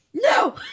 No